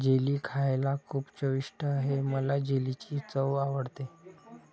jelly खायला खूप चविष्ट आहे मला जेलीची चव आवडते